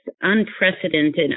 unprecedented